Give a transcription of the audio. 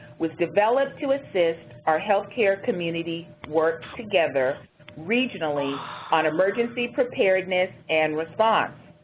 was developed to assist our healthcare community work together regionally on emergency preparedness and response.